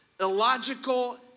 illogical